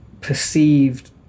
perceived